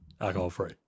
alcohol-free